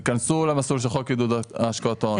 ייכנסו למסלול של חוק עידוד השקעות הון,